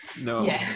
No